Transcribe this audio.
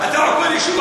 תקשיב,